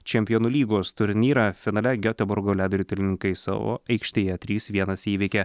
čempionų lygos turnyrą finale gioteborgo ledo ritulininkai savo aikštėje trys vienas įveikė